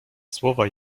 słowa